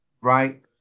right